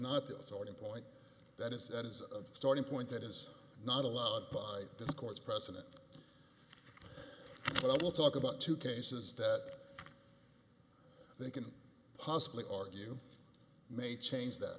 of point that is that is a starting point that is not allowed by this court's precedent but i will talk about two cases that they can possibly argue may change that